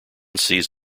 sees